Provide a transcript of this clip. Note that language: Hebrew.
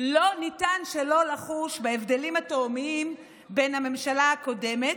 לא ניתן שלא לחוש בהבדלים התהומיים בין הממשלה הקודמת,